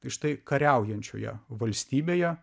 ir štai kariaujančioje valstybėje